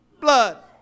blood